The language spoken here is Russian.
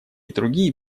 другие